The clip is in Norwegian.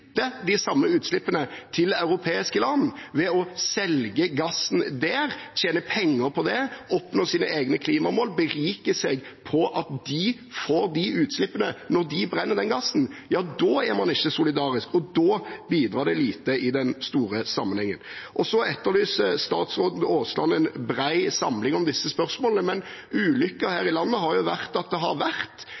de samme utslippene til europeiske land ved å selge gassen der, tjene penger på det, oppnå sine egne klimamål, berike seg på at de får de utslippene når de brenner den gassen – da er man ikke solidarisk, og da bidrar det lite i den store sammenhengen. Så etterlyser statsråd Aasland en bred samling om disse spørsmålene. Men ulykken her i landet har jo vært at det har vært